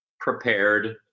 prepared